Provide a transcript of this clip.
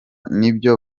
n’ibyo